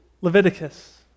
Leviticus